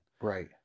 Right